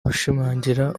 gushimangira